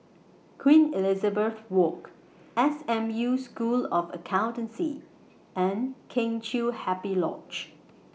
Queen Elizabeth Walk S M U School of Accountancy and Kheng Chiu Happy Lodge